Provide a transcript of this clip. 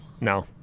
no